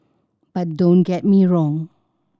but don't get me wrong